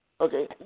Okay